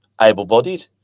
able-bodied